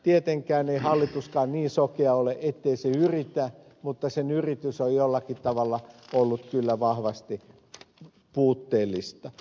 tietenkään ei hallituskaan niin sokea ole ettei se yritä mutta sen yritys on ollut kyllä vahvasti puutteellista